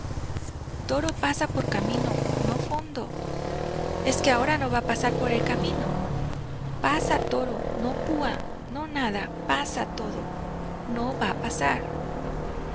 toro pasa por camino no fondo es que ahora no va a pasar por el camino pasa toro no púa no nada pasa todo no va a pasar